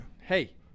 Hey